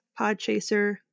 Podchaser